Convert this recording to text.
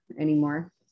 anymore